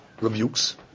rebukes